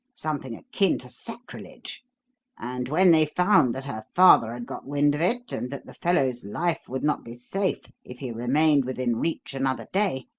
something akin to sacrilege and when they found that her father had got wind of it and that the fellow's life would not be safe if he remained within reach another day,